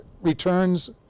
returns